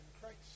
Christ